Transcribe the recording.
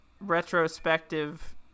retrospective